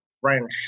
french